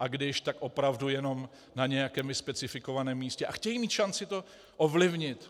a když, tak opravdu jenom na nějakém nespecifikovaném místě, a chtějí mít šanci to ovlivnit.